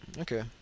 Okay